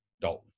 Dalton